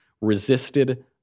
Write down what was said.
resisted